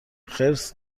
خرس